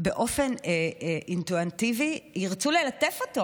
באופן אינטואיטיבי ירצו ללטף אותו.